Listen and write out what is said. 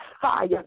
fire